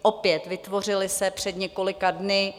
Opět vytvořily se před několika dny.